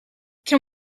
can